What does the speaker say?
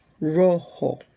Rojo